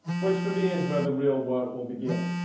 which for me is where the real work will begin.